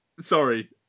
sorry